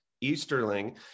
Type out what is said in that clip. Easterling